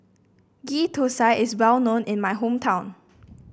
Ghee Thosai is well known in my hometown